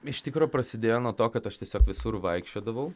iš tikro prasidėjo nuo to kad aš tiesiog visur vaikščiodavau